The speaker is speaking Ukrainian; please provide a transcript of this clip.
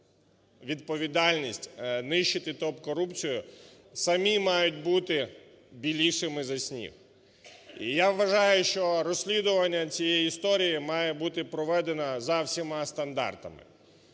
відповідальність нищити топ-корупцію самі мають бути білішими за сніг. І, я вважаю, що розслідування цієї історії має бути проведено за всіма стандартами.